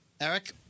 Eric